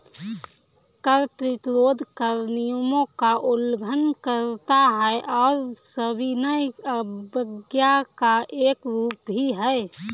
कर प्रतिरोध कर नियमों का उल्लंघन करता है और सविनय अवज्ञा का एक रूप भी है